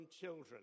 children